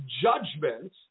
judgment